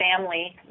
family